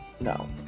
No